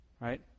Right